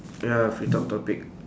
ya free talk topic